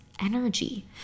energy